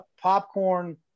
popcorn